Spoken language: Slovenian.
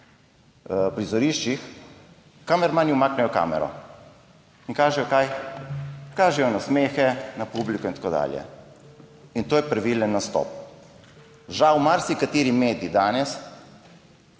prizoriščih, kamermani umaknejo kamero in kažejo kaj, kažejo nasmehe, na publiko in tako dalje. In to je pravilen nastop. Žal marsikateri medij danes